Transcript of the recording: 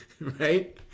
right